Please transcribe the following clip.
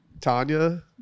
Tanya